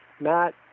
Matt